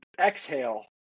exhale